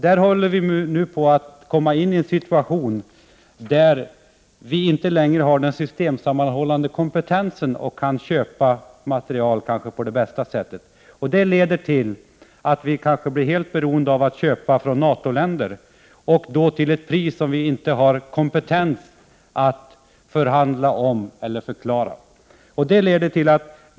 Där håller vi nu på att komma ini en situation där vi inte längre har den systemsammanhållande kompetensen och kan köpa material på det bästa sättet. Det leder till att vi kanske blir helt beroende av att köpa från NATO-länder, och då till ett pris som vi inte har kompetens att förhandla om eller förklara.